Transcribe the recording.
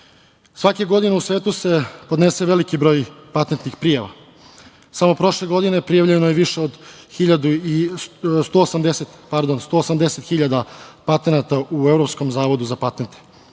godine u svetu se podnese veliki broj patentnih prijava. Samo prošle godine prijavljeno je više od 180.000 patenata u Evropskom zavodu za patente.